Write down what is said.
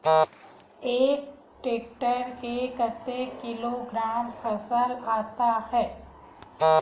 एक टेक्टर में कतेक किलोग्राम फसल आता है?